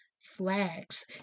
flags